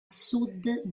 sud